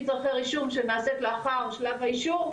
צרכי רישום שנעשית לאחר שלב האישור,